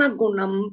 gunam